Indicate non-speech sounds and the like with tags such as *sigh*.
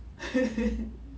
*laughs*